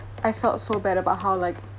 I felt so bad about how like